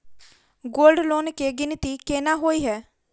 Gold loan केँ गिनती केना होइ हय?